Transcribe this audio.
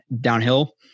downhill